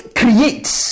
creates